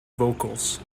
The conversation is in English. vocals